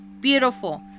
beautiful